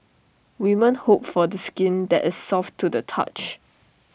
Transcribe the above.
women hope for skin that is soft to the touch